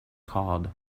called